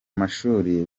mashuri